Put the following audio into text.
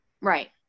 Right